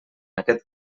aquest